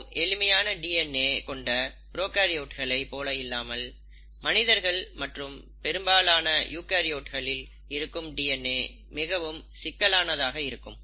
மிகவும் எளிமையான டிஎன்ஏ கொண்ட ப்ரோகாரியோட்களை போல இல்லாமல் மனிதர்கள் மற்றும் பெரும்பாலான யூகரியோட்களில் இருக்கும் டிஎன்ஏ மிகவும் சிக்கலானதாக இருக்கும்